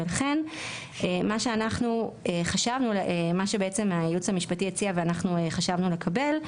ולכן מה שהייעוץ המשפטי הציע ואנחנו חשבנו לקבל,